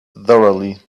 thoroughly